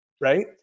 right